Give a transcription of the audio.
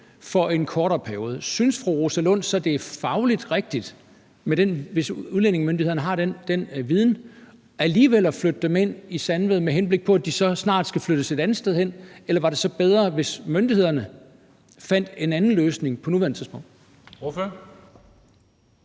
for en kortere periode, synes fru Rosa Lund så, det er fagligt rigtigt – hvis udlændingemyndighederne har den viden – alligevel at flytte dem ind i Sandvad, med henblik på at de så snart skal flyttes et andet sted hen? Eller var det så bedre, hvis myndighederne fandt en anden løsning på nuværende tidspunkt?